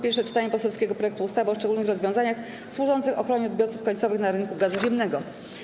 Pierwsze czytanie poselskiego projektu ustawy o szczególnych rozwiązaniach służących ochronie odbiorców końcowych na rynku gazu ziemnego.